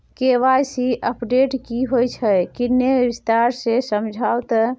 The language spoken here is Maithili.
के.वाई.सी अपडेट की होय छै किन्ने विस्तार से समझाऊ ते?